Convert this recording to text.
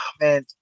Man